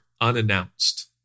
unannounced